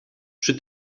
przy